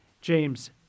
James